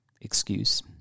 excuse